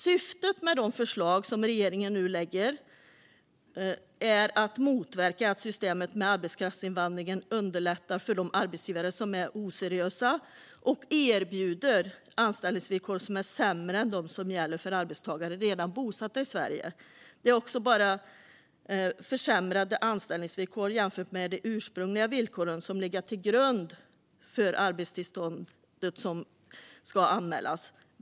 Syftet med det förslag som regeringen nu lägger fram är att motverka att systemet med arbetskraftsinvandring underlättar för de arbetsgivare som är oseriösa och erbjuder anställningsvillkor som är sämre än de som gäller för arbetstagare som redan är bosatta i Sverige. Det är också bara försämrade anställningsvillkor jämfört med de ursprungliga villkor som har legat till grund för arbetstillståndet som ska anmälas.